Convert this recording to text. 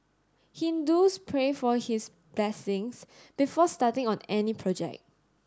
Hindus pray for his blessings before starting on any project